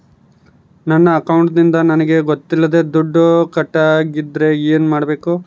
ನನ್ನ ಅಕೌಂಟಿಂದ ನನಗೆ ಗೊತ್ತಿಲ್ಲದೆ ದುಡ್ಡು ಕಟ್ಟಾಗಿದ್ದರೆ ಏನು ಮಾಡಬೇಕು?